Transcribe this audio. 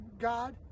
God